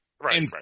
right